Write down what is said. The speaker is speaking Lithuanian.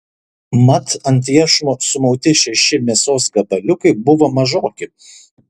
mat ant iešmo sumauti šeši mėsos gabaliukai buvo mažoki